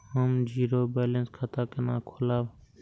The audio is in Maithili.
हम जीरो बैलेंस खाता केना खोलाब?